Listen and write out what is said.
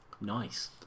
Nice